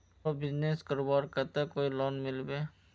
छोटो बिजनेस करवार केते कोई लोन मिलबे?